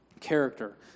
character